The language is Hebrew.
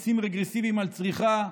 מיסים רגרסיביים על צריכה.